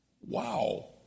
wow